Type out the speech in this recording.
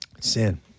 Sin